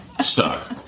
Stuck